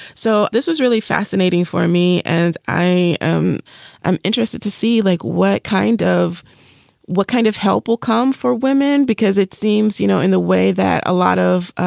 so this was really fascinating for me. and i am am interested to see like what kind of what kind of help will come for women, because it seems, you know, in the way that a lot of,